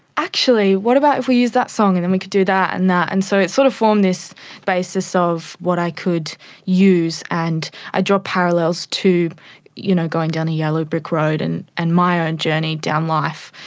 actually what about if we use that song and then we can do that and that. and so it sort of formed this basis of what i could use, and i draw parallels to you know going down a yellow brick road and and my ah own journey down life,